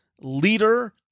leader